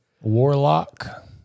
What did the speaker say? Warlock